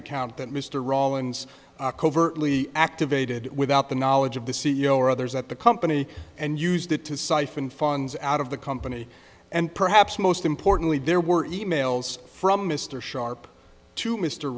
account that mr rawlins covertly activated without the knowledge of the c e o or others at the company and used it to siphon funds out of the company and perhaps most importantly there were e mails from mr sharp to mr